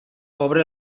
obre